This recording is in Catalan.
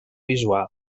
visual